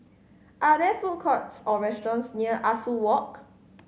are there food courts or restaurants near Ah Soo Walk